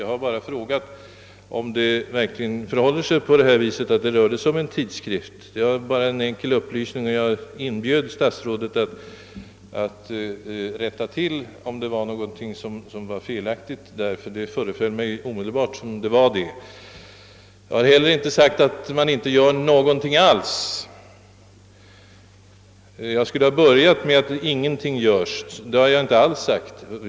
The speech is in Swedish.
Jag frågade bara om det verkligen rörde sig om en tidskrift. Det var en enkel upplysning, som jag inbjöd statsrådet att lämna för att rätta till en eventuell felaktighet. Det föreföll mig nämligen omedelbart som om en sådan var för handen. Jag har inte heller sagt att man inte gör någonting alls, vilket jag enligt statsrådet skulle ha börjat med att framhålla.